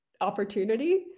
opportunity